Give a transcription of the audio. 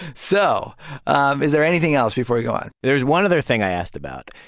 so um is there anything else before we go on? there's one other thing i asked about.